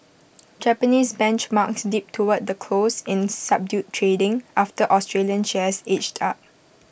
Japanese benchmarks dipped toward the close in subdued trading after Australian shares edged up